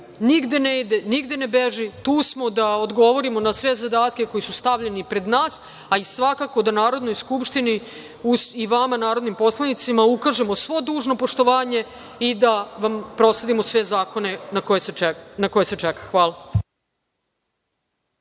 nigde ne ide, nigde ne beži. Tu smo da odgovorimo na sve zadatke koji su stavljeni pred nas, a i svakako da Narodnoj skupštini i vama narodnim poslanicima ukažemo svo dužno poštovanje i da vam prosledimo sve zakona na koje se čeka. Hvala.